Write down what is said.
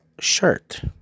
shirt